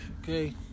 okay